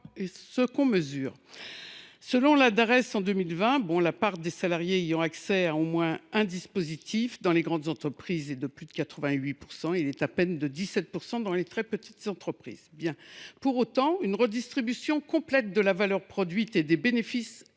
ce que l’on mesure… Selon la Dares, en 2020, la part des salariés ayant accès à au moins un dispositif dans les grandes entreprises est de plus de 88 % contre à peine 17 % dans les très petites entreprises. Une redistribution complète de la valeur produite et des bénéfices